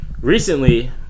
recently